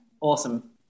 Awesome